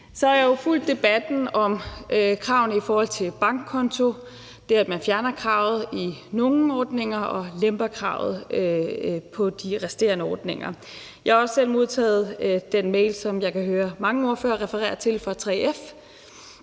Så har jeg jo fulgt debatten om kravene i forhold til bankkonto, altså det, at man fjerner kravet i nogle ordninger og lemper kravet i de resterende ordninger. Jeg har også selv modtaget den mail fra 3F, som jeg kan høre mange ordfører referere til.